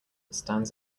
stands